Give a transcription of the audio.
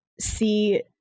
see